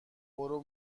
برو